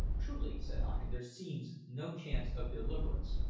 truly, said i, there seems no chance of deliverance,